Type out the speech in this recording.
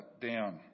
down